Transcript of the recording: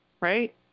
right